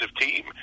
team